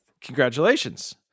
Congratulations